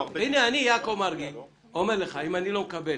הנה, אני, יעקב מרגי, אומר לך שאם אני לא מקבל